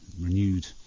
renewed